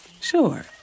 Sure